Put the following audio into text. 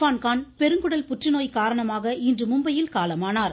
பான்கான் பெருங்குடல் புற்றுநோய் காரணமாக இன்று மும்பையில் காலமானார்